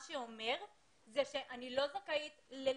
זה אומר שאני לא זכאית ללימודים,